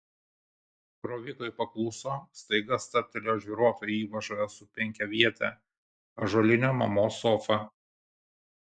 krovikai pakluso staiga stabtelėjo žvyruotoje įvažoje su penkiaviete ąžuoline mamos sofa